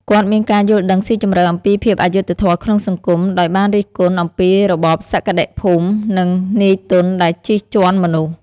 គាត់មានការយល់ដឹងស៊ីជម្រៅអំពីភាពអយុត្តិធម៌ក្នុងសង្គម ដោយបានរិះគន់អំពីរបបសក្តិភូមិ និងនាយទុនដែលជិះជាន់មនុស្ស។